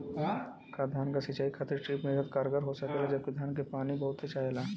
का धान क सिंचाई खातिर ड्रिप मेथड कारगर हो सकेला जबकि धान के पानी बहुत चाहेला?